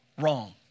wrong